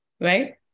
right